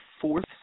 fourth